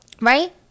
right